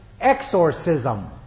exorcism